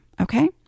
Okay